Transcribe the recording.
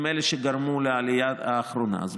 היא שגרמה לעלייה האחרונה.